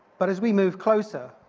but as we move closer,